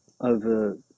over